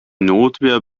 notwehr